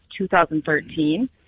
2013